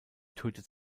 tötet